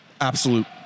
absolute